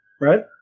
Right